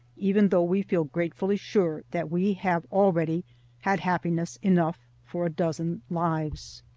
even though we feel gratefully sure that we have already had happiness enough for a dozen lives.